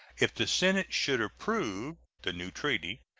if the senate should approve the new treaty,